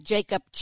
Jacob